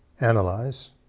analyze